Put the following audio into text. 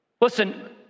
Listen